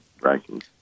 rankings